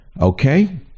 Okay